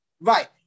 Right